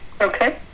Okay